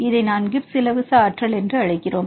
இதை நாம் கிப்ஸ் இலவச ஆற்றல் என்று அழைக்கிறோம்